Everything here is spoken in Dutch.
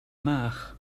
maag